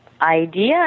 idea